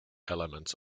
elements